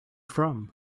from